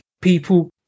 people